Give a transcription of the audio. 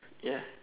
ya